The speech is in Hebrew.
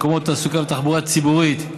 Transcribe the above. מקומות תעסוקה ותחבורה ציבורית,